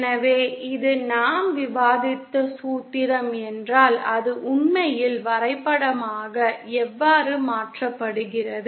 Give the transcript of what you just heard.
எனவே இது நாம் விவாதித்த சூத்திரம் என்றால் அது உண்மையில் வரைபடமாக எவ்வாறு மாற்றப்படுகிறது